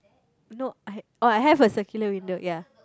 no I oh I have a circular window ya